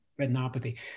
retinopathy